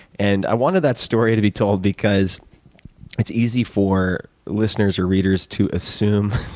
and i wanted that story to be told because it's easy for listeners or readers to assume